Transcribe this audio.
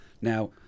now